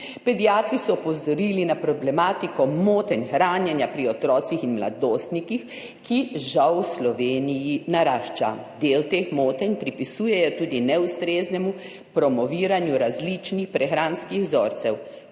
Pediatri so opozorili na problematiko motenj hranjenja pri otrocih in mladostnikih, ki žal v Sloveniji narašča. Del teh motenj pripisujejo tudi neustreznemu promoviranju različnih prehranskih vzorcev,